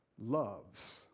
loves